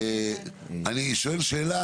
אני שואל שאלה,